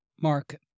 Mark